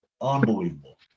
Unbelievable